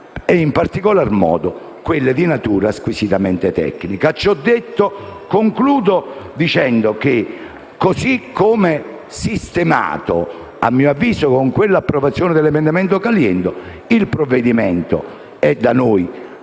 in particolar modo quelle di natura squisitamente tecnica. Ciò detto, concludo dicendo che così come sistemato, con l'approvazione degli emendamenti Caliendo 4.10 e 4.12, il provvedimento è da noi